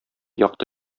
якты